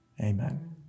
Amen